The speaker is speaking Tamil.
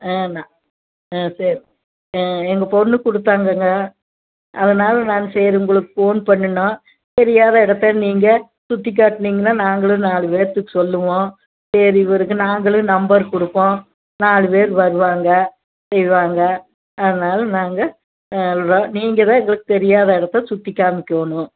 ஆ நான் ஆ சரி ஆ எங்கள் பொண்ணு கொடுதாங்கங்க அதனால் நான் சரி உங்களுக்கு ஃபோன் பண்ணினோம் தெரியாத இடத்த நீங்கள் சுற்றிக் காட்டினீங்கன்னா நாங்களும் நாலு பேருத்துக்கு சொல்லுவோம் சரி இவருக்கு நாங்களும் நம்பர் கொடுப்போம் நாலுபேர் வருவாங்க செய்வாங்க அதனால் நாங்கள் சொல்கிறோம் நீங்கள் தான் எங்களுக்கு தெரியாத இடத்த சுற்றி காமிக்கணும்